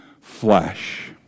flesh